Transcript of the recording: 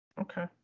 Okay